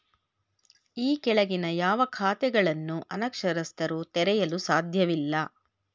ಈ ಕೆಳಗಿನ ಯಾವ ಖಾತೆಗಳನ್ನು ಅನಕ್ಷರಸ್ಥರು ತೆರೆಯಲು ಸಾಧ್ಯವಿಲ್ಲ?